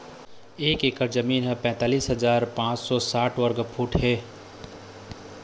एक एकर जमीन ह तैंतालिस हजार पांच सौ साठ वर्ग फुट हे